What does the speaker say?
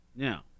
Now